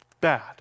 bad